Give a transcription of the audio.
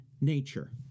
nature